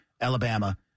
Alabama